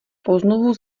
poznovu